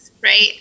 right